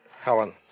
Helen